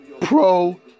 Pro